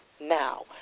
now